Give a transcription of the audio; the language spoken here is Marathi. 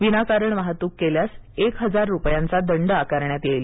विनाकारण वाहतूक केल्यास एक हजार रुपयाचा दंड आकारण्यात येईल